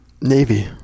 Navy